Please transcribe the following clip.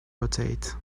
rotate